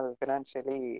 financially